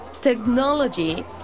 Technology